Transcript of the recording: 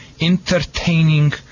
entertaining